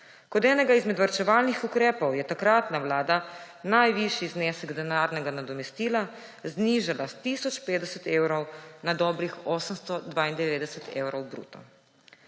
Kot enega izmed varčevalnih ukrepov je takratna vlada najvišji znesek denarnega nadomestila znižala s tisoč 50 evrov na dobrih 892 evrov bruto.